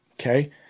Okay